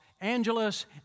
Angeles